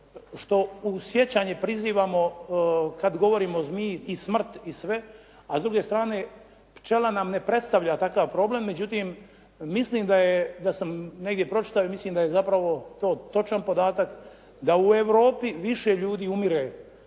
što u sjećanje prizivamo kad govorimo o zmiji i smrt i sve a s druge strane pčela nam ne predstavlja takav problem, međutim mislim da sam negdje pročitao i mislim da je to zapravo to točan podatak da u Europi više ljudi umire